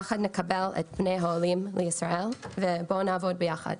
יחד נקבל את פני העולים לישראל, ובואו נעבוד ביחד.